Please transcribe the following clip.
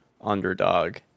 underdog